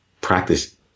practice